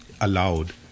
allowed